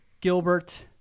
Gilbert